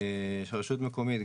שרשות מקומית,